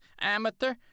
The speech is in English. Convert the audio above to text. Amateur